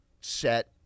set